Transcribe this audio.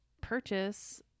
purchase